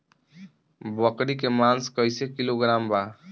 बकरी के मांस कईसे किलोग्राम बा?